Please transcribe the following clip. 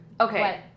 Okay